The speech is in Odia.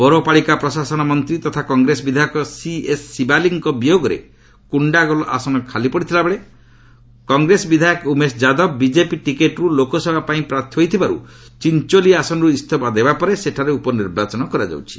ପୌରପାଳିକା ପ୍ରଶାସନ ମନ୍ତ୍ରୀ ତଥା କଂଗ୍ରେସ ବିଧାୟକ ସିଏସ୍ ଶିବାଲୀଙ୍କ ବିୟୋଗରେ କୁଣ୍ଡାଗୋଲ୍ ଆସନ ଖାଲି ପଡ଼ିଥିଲାବେଳେ କଂଗ୍ରେସ ବିଧାୟକ ଉମେଶ ଯାଦବ ବିଜେପି ଟିକେଟ୍ରୁ ଲୋକସଭା ପାଇଁ ପ୍ରାର୍ଥୀ ହୋଇଥିବାରୁ ଚିଞ୍ଚୋଲି ଆସନରୁ ଇସଫା ଦେବାପରେ ସେଠାରେ ଉପନିର୍ବାଚନ କରାଯାଉଛି